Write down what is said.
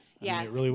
Yes